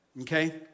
Okay